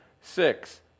six